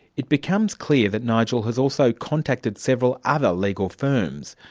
it becomes clear that nigel has also contacted several other legal firms,